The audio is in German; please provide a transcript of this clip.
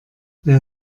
wer